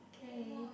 okay